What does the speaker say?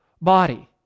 body